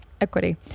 Equity